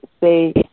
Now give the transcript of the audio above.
say